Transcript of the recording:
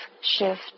shift